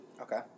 Okay